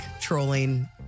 trolling